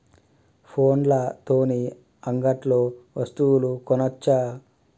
ఫోన్ల తోని అంగట్లో వస్తువులు కొనచ్చా?